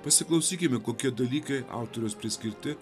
pasiklausykime kokie dalykai autoriaus priskirti